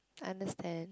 understand